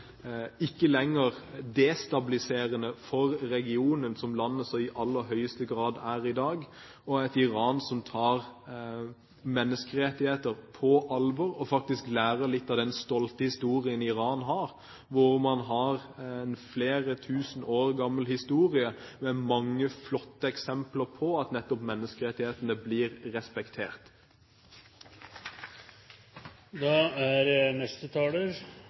destabiliserende for regionen, som landet i aller høyeste grad er i dag, og et Iran som tar menneskerettigheter på alvor og lærer litt av den stolte historien som landet har. Iran har en flere tusen år gammel historie, med mange flotte eksempler nettopp på at menneskerettighetene blir